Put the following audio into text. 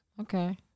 Okay